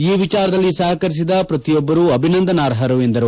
ಈ ವಿಚಾರದಲ್ಲಿ ಸಹಕರಿಸಿದ ಪ್ರತಿಯೊಬ್ಲರೂ ಅಭಿನಂದನಾರ್ಹರು ಎಂದರು